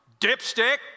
dipstick